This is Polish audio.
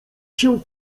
się